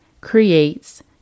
creates